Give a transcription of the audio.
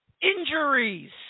Injuries